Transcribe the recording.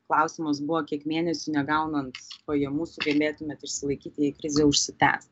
klausimas buvo kiek mėnesių negaunant pajamų sugebėtumėt išsilaikyti jei krizė užsitęs